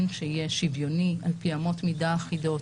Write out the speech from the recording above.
שיהיה שוויוני על פי אמות מידה אחידות,